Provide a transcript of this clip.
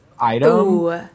item